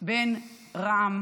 בין רע"מ